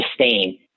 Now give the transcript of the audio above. sustain